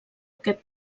aquest